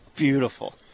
Beautiful